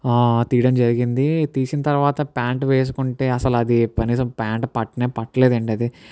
తీయడం జరిగింది తీసిన తర్వాత ప్యాంటు వేసుకుంటే అసలు అది కనీసం ప్యాంట్ పట్టనే పట్టలేదండి అది